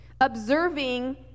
Observing